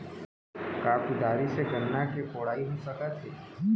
का कुदारी से गन्ना के कोड़ाई हो सकत हे?